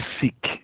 seek